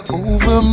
over